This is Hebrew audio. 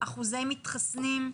אחוזי מתחסנים,